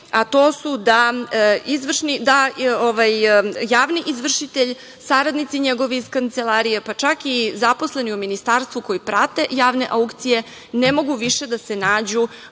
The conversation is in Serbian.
a to su da javni izvršitelj, saradnici njegovi iz kancelarije, pa čak i zaposleni u Ministarstvu koji prate javne aukcije ne mogu više da se nađu